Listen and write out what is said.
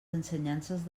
ensenyances